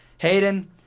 Hayden